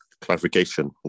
clarification